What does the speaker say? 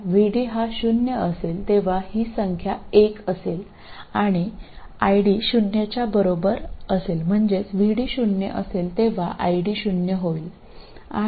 ഇപ്പോൾ VD പൂജ്യത്തിന് തുല്യമാകുമ്പോൾ ഈ സംഖ്യ ഒന്നാണ് ID പൂജ്യത്തിന് തുല്യമായിരിക്കും അതിനാൽ VD പൂജ്യമാകുമ്പോൾ ഈ ID പൂജ്യമായിരിക്കും എന്നാണ്